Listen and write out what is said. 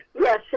yes